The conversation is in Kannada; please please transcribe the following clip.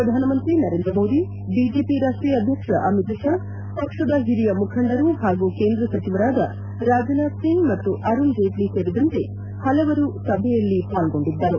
ಪ್ರಧಾನಮಂತ್ರಿ ನರೇಂದ್ರ ಮೋದಿ ಬಿಜೆಪಿ ರಾಷ್ಷೀಯ ಅಧ್ಯಕ್ಷ ಅಮಿತ್ ಷಾ ಪಕ್ಷದ ಹಿರಿಯ ಮುಖಂಡರು ಹಾಗೂ ಕೇಂದ್ರ ಸಚಿವರಾದ ರಾಜನಾಥ್ ಸಿಂಗ್ ಮತ್ತು ಅರುಣ್ ಜೇಟ್ಲ ಸೇರಿದಂತೆ ಹಲವರು ಸಭೆಯಲ್ಲಿ ಪಾಲ್ಗೊಂಡಿದ್ದರು